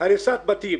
הריסת בתים,